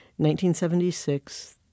1976